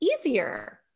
easier